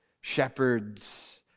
shepherds